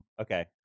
Okay